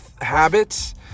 habits